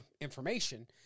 information